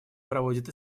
проводят